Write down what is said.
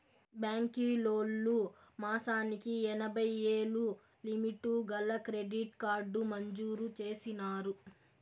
బాంకీలోల్లు మాసానికి ఎనభైయ్యేలు లిమిటు గల క్రెడిట్ కార్డు మంజూరు చేసినారు